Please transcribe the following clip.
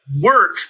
work